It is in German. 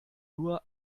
nur